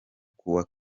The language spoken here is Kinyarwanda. kuwa